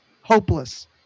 Hopeless